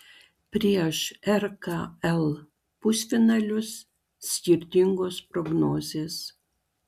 prieš rkl pusfinalius skirtingos prognozės